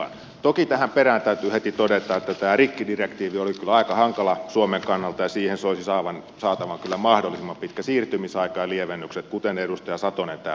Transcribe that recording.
toki tähän perään täytyy heti todeta että tämä rikkidirektiivi oli kyllä aika hankala suomen kannalta ja siihen soisi saatavan kyllä mahdollisimman pitkä siirtymisaika ja lievennykset kuten edustaja satonen täällä puhui